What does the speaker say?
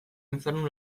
infernu